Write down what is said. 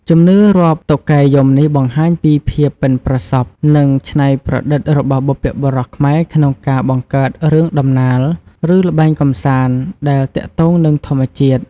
ជំនឿរាប់តុកែយំនេះបង្ហាញពីភាពប៉ិនប្រសប់ និងច្នៃប្រឌិតរបស់បុព្វបុរសខ្មែរក្នុងការបង្កើតរឿងដំណាល ឬល្បែងកម្សាន្តដែលទាក់ទងនឹងធម្មជាតិ។